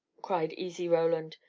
cried easy roland.